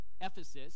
Ephesus